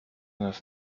nas